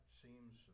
seems